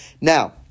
Now